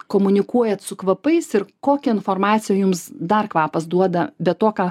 komunikuojat su kvapais ir kokią informaciją jums dar kvapas duoda bet to ką